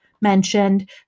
mentioned